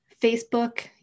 Facebook